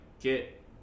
get